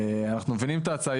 אנחנו מבינים את ההצעה.